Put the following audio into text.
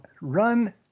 run